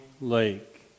Lake